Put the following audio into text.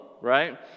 right